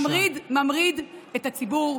ממריד, ממריד את הציבור.